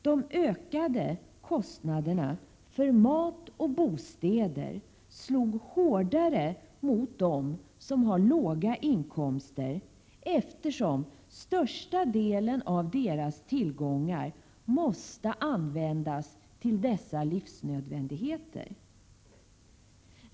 De ökade kostnaderna för mat och bostäder slog hårdare mot dem som har låga inkomster, eftersom största delen av deras tillgångar måste användas till dessa livsnödvändigheter.